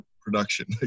production